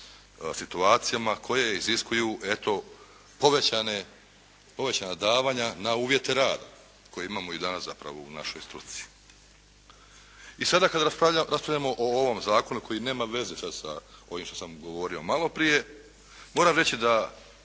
situacijama koje iziskuju eto povećana davanja na uvjete rada koje imamo i danas zapravo u našoj struci. I sada kad raspravljamo o ovom zakonu koji nema veze sad sa ovim što sam govorio maloprije, moram reći da